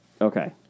Okay